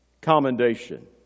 commendation